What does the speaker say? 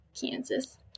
Kansas